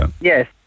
Yes